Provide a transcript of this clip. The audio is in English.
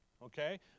Okay